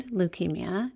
leukemia